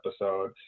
episode